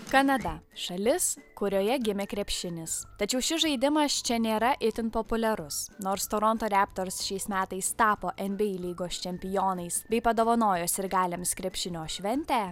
kanada šalis kurioje gimė krepšinis tačiau šis žaidimas čia nėra itin populiarus nors toronto raptors šiais metais tapo nba lygos čempionais bei padovanojo sirgaliams krepšinio šventę